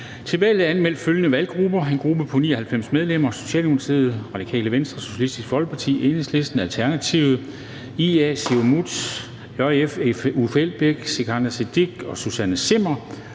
valg er anmeldt følgende valggrupper: En gruppe på 99 medlemmer: Socialdemokratiet, Radikale Venstre, Socialistisk Folkeparti, Enhedslisten, Alternativet, Inuit Ataqatigiit, Siumut, Javnaðarflokkurin, Uffe